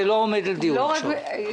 זה לא עומד לדיון עכשיו.